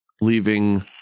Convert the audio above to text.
leaving